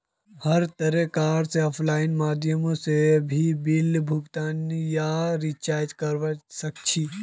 हर तरह कार आफलाइन माध्यमों से भी बिल भुगतान या रीचार्ज करवा सक्छी